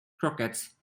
croquettes